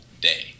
day